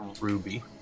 ruby